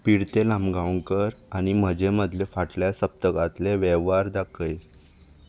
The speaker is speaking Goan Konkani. पिर्तें लामगांवकर आनी म्हजे मदले फाटल्या सप्तकांतले वेव्हार दाखय